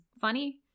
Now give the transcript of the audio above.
funny